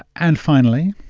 and finally,